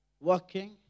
working